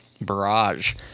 barrage